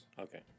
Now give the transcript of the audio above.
Okay